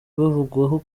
bavugwaho